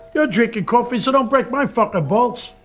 you're drinking coffee so don't break my fucking balls!